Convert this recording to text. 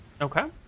okay